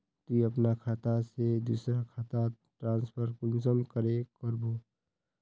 तुई अपना खाता से दूसरा खातात ट्रांसफर कुंसम करे करबो?